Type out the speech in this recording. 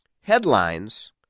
headlines